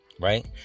right